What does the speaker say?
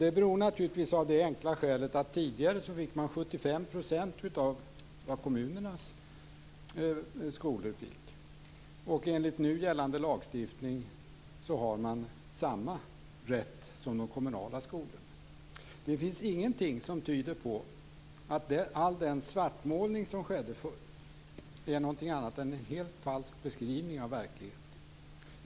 Det beror på att friskolorna tidigare fick 75 % av vad skolorna i kommunerna fick. Enligt nu gällande lagstiftning har de samma rätt som de kommunala skolorna. Det finns ingenting som tyder på att all den svartmålning som skedde förut är någonting annat än en falsk beskrivning av verkligheten.